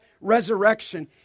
resurrection